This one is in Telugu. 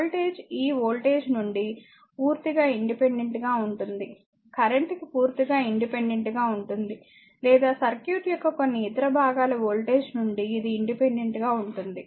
వోల్టేజ్ ఈ వోల్టేజ్ నుండి పూర్తిగా ఇండిపెండెంట్ గా ఉంటుంది కరెంట్ కి పూర్తిగా ఇండిపెండెంట్ గా ఉంటుంది లేదా సర్క్యూట్ యొక్క కొన్ని ఇతర భాగాల వోల్టేజ్ నుండి ఇది ఇండిపెండెంట్ గా ఉంటుంది